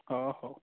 ହଁ ହଉ